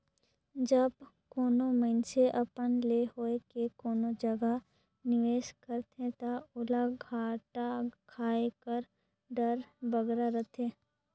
जब कानो मइनसे अपन ले होए के कोनो जगहा निवेस करथे ता ओला घाटा खाए कर डर बगरा रहथे